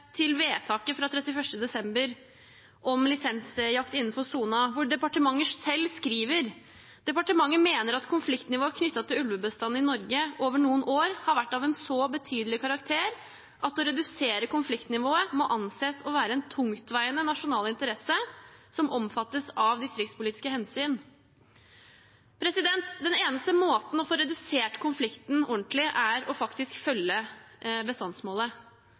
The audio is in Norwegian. vedtaket fra 31. desember om lisensjakt innenfor sonen, der departementet selv skriver: «Departementet mener at konfliktnivået knyttet til ulvebestanden i Norge over noen år har vært av en så betydelig karakter, at å redusere konfliktnivået må anses å være en tungtveiende nasjonal interesse, som omfattes av distriktspolitiske hensyn.» Den eneste måten å få redusert konflikten ordentlig på er faktisk å følge bestandsmålet.